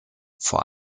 vor